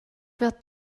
wird